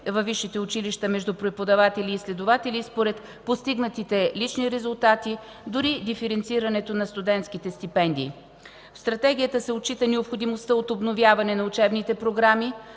във висшите училища между преподаватели и изследователи според постигнатите лични резултати, дори диференцирането на студентските стипендии. В Стратегията се отчита необходимостта от обновяване на учебните програми,